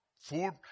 food